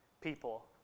people